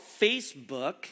Facebook